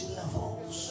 levels